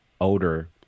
older